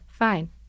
Fine